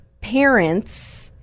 parents